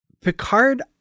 Picard